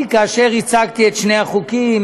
כאשר הצגתי את שני החוקים